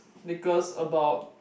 Nicholas about